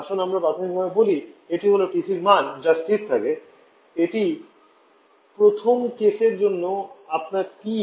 আসুন আমরা প্রাথমিকভাবে বলি এটি হল TCর মান যা স্থির থাকে এটি প্রথম কেসের জন্য আপনার TE